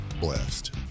blessed